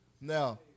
Now